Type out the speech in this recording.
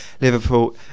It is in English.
Liverpool